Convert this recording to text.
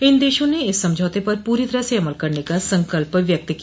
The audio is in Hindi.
इन देशों ने इस ॅ समझौते पर पूरी तरह से अमल करने का संकल्प व्यक्त किया